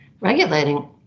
regulating